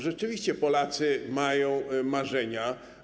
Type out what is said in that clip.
Rzeczywiście Polacy mają marzenia.